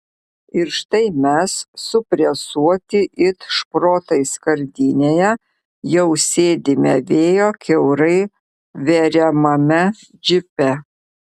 ir štai mes supresuoti it šprotai skardinėje jau sėdime vėjo kiaurai veriamame džipe